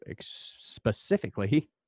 specifically